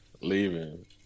leaving